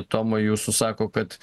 tomai jūsų sako kad